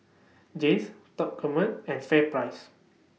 Jays Top Gourmet and FairPrice